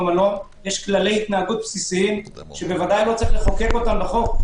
ויש כללי התנהגות בסיסיים שוודאי לא צריך לחוקק אותם בחוק.